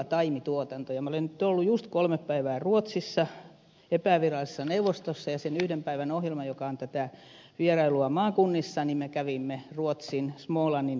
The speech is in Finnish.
minä olen nyt ollut juuri kolme päivää ruotsissa epävirallisessa neuvostossa ja sen yhden päivän ohjelmana joka on vierailua maakunnassa me kävimme ruotsin smoolannin metsässä